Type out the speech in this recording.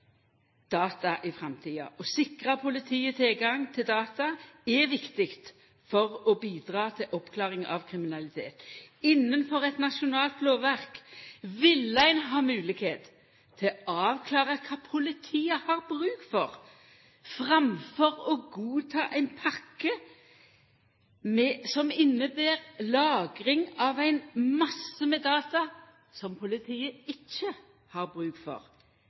data i framtida. Å sikra politiet tilgang til data er viktig for å bidra til oppklaring av kriminalitet. Innanfor eit nasjonalt lovverk ville ein ha moglegheit til å avklara kva politiet har bruk for, framfor å godta ei pakke som inneber lagring av ei mengd data som politiet ikkje har bruk for.